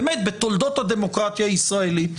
באמת בתולדות הדמוקרטיה הישראלית,